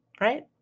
right